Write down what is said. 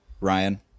Ryan